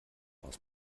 aus